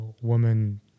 woman